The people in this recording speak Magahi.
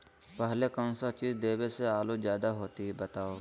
पहले कौन सा चीज देबे से आलू ज्यादा होती बताऊं?